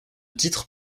titre